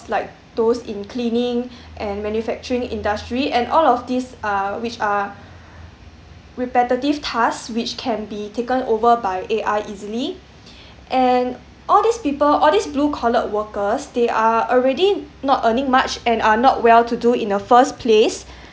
like those in cleaning and manufacturing industry and all of these are which are repetitive tasks which can be taken over by A_I easily and all these people all these blue collared workers they are already not earning much and are not well to do in the first place